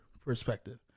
perspective